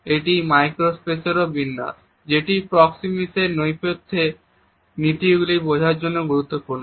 এটি মাইক্রো স্পেসেরও বিন্যাস যেটি প্রক্সিমিক্সের নৈপথ্যে নীতিগুলি বোঝার জন্য গুরুত্বপূর্ণ